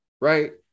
right